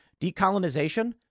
Decolonization